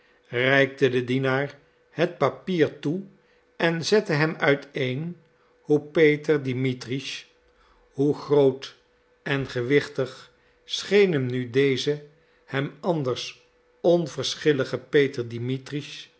den dienaar het papier toe en zette hem uiteen hoe peter dimitritsch hoe groot en gewichtig scheen hem nu deze hem anders onverschillige